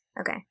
Okay